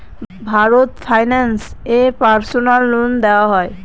Bharat finance এ personal loan দেওয়া হয়?